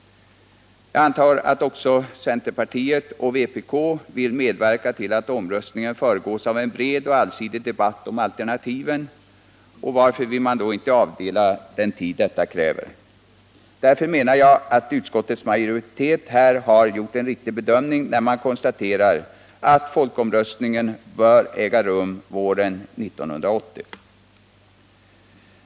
Jag antar att också centerpartiet och vänsterpartiet kommunisterna vill medverka till att omröstningen föregås av en bred och allsidig debatt om alternativen. Varför vill man då inte avdela den tid detta kräver? Därför menar jag att utskottets majoritet har gjort en riktig bedömning när man konstaterar att folkomröstningen bör äga rum våren 1980.